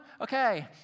Okay